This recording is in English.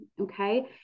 Okay